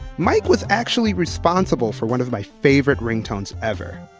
mike was actually responsible for one of my favorite ringtones ever.